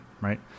right